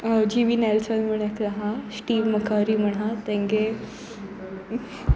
जी V Nelson म्हण एकलो आसा स्टीम मखरी म्हण आसा तांचो